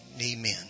Amen